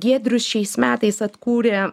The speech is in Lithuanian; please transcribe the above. giedrius šiais metais atkūrė